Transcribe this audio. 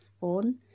on